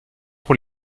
pour